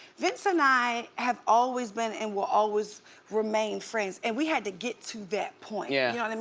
vince and i have always been and will always remain friends. and we had to get to that point, yeah yeah